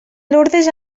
lurdes